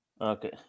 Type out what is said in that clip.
Okay